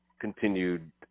continued